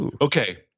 Okay